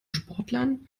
sportlern